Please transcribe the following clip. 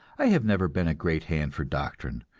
i have never been a great hand for doctrine,